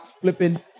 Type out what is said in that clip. flipping